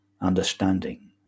understanding